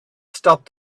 stopped